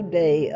day